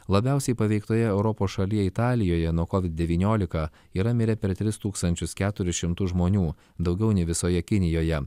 labiausiai paveiktoje europos šalyje italijoje nuo covid devyniolika yra mirę per tris tūkstančius keturis šimtus žmonių daugiau nei visoje kinijoje